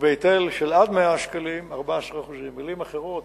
ובהיטל של עד 100 שקלים, 14%. במלים אחרות,